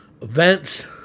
events